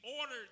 ordered